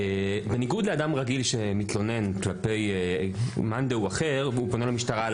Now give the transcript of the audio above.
בניגוד לאדם רגיל שמתלונן כלפי מאן דהוא אחר והוא פונה למשטרה על